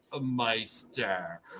Meister